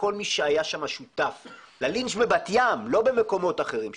וכל מי שהיה שותף שם ללינץ' בבת ים לא במקומות אחרים,